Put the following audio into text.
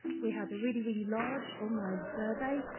we had to really, really large online survey,